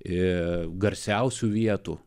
e garsiausių vietų